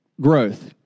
growth